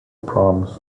proms